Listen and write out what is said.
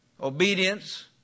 obedience